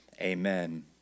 Amen